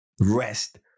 rest